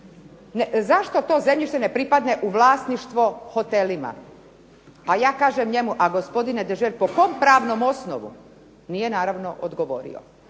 Zašto to zemljište ne pripadne u vlasništvo hotelima? A ja kažem njemu, pa gospodine Degert po kom pravnom osnovu? Nije naravno odgovorio.